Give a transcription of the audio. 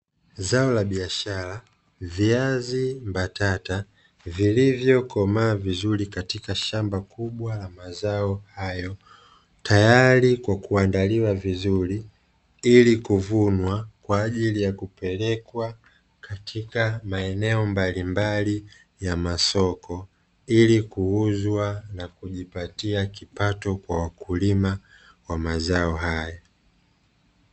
Zao la biashara viazi mbatata vilivyokomaa vizuri katika shamba kubwa la mazao hayo tayari kwa kuandaliwa vizuri, ili kuvunwa kwa ajili ya kupelekwa katika maeneo mbalimbali ya masoko, ili kuuzwa na kujipatia kipato kwa wakulima wa mazao haya.